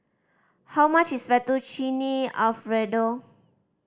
how much is Fettuccine Alfredo